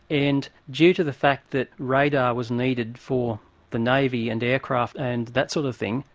and due to the fact that radar was needed for the navy and aircraft and that sort of thing,